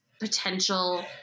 potential